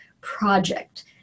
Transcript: project